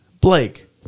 Blake